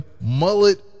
Mullet